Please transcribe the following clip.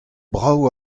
brav